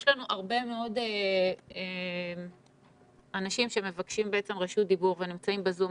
יש לנו הרבה מאוד אנשים שמבקשים רשות דיבור ונמצאים בזום,